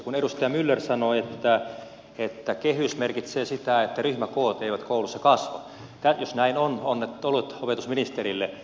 kun edustaja myller sanoi että kehys merkitsee sitä että ryhmäkoot eivät kouluissa kasva niin jos näin on onnittelut opetusministerille